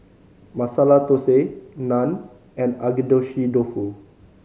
Masala Dosa Naan and Agedashi Dofu